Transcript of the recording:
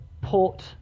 port